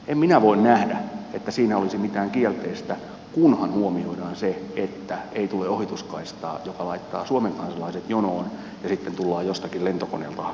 en minä voi nähdä että siinä olisi mitään kielteistä kunhan huomioidaan se että ei tule ohituskaistaa joka laittaa suomen kansalaiset jonoon ja sitten tullaan jostakin lentokoneella hakemaan sitä hoitoa